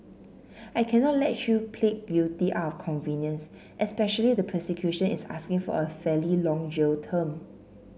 I cannot let you plead guilty out of convenience especially the prosecution is asking for a fairly long jail term